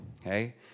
okay